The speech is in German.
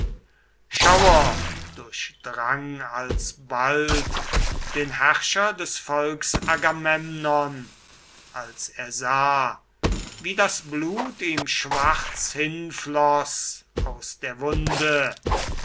schauer durchdrang alsbald den herrscher des volks agamemnon als er sah wie das blut ihm schwarz hinfloß aus der wunde